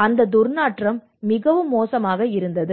மற்றும் துர்நாற்றம் மிகவும் மோசமாக இருந்தது